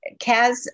Kaz